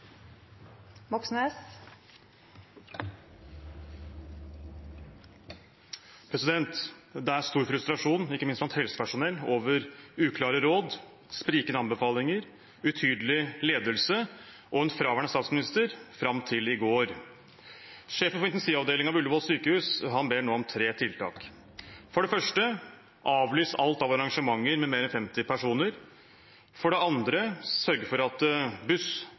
Moxnes – til oppfølgingsspørsmål. Det er stor frustrasjon, ikke minst blant helsepersonell, over uklare råd, sprikende anbefalinger, utydelig ledelse og en fraværende statsminister – fram til i går. Sjefen for intensivavdelingen ved Oslo universitetssykehus Ullevål ber nå om tre tiltak: for det første at alt av arrangementer med mer enn 50 personer avlyses, for det andre at buss,